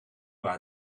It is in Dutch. waar